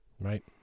Right